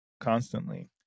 constantly